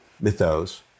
mythos